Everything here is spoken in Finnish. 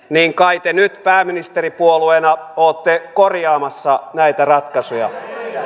niin kai te nyt pääministeripuolueena olette korjaamassa näitä ratkaisuja